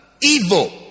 evil